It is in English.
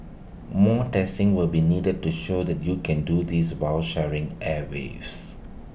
more testing will be needed to show that you can do this while sharing airwaves